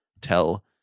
tell